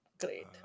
Great